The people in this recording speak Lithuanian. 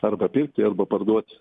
arba pirkti arba parduoti